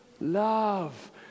love